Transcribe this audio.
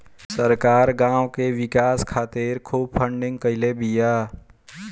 सरकार गांव के विकास खातिर खूब फंडिंग कईले बिया